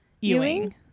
Ewing